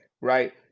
right